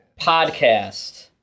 Podcast